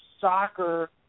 soccer